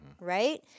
right